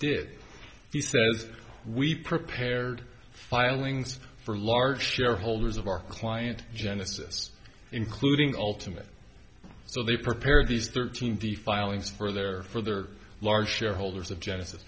did he says we prepared filings for large shareholders of our client genesis including alternate so they prepared these thirteen the filings for their further large shareholders of genesis